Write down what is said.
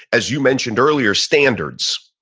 as you mentioned earlier, standards.